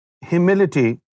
humility